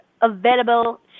available